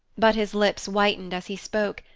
but his lips whitened as he spoke,